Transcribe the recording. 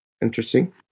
Interesting